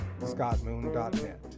Scottmoon.net